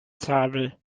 zabel